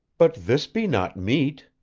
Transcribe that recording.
but this be not meat,